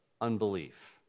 unbelief